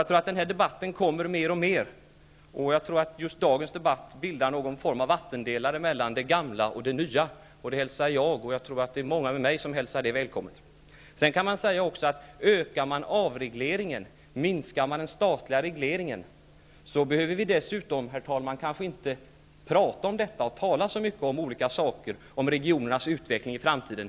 Jag tror att den här debatten kommer mer och mer och att just dagens debatt bildar någon form av vattendelare mellan det gamla och det nya, och jag och -- tror jag -- många med mig välkomnar detta. Om vi ökar avregleringen och minskar den statliga regleringen behöver vi dessutom, herr talman, inte tala så mycket om regionernas utveckling i framtiden.